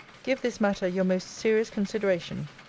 give this matter your most serious consideration.